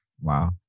wow